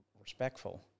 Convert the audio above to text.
respectful